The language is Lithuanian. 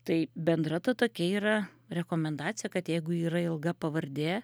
tai bendra ta tokia yra rekomendacija kad jeigu yra ilga pavardė